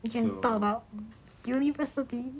we can talk about universe okay